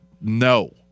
No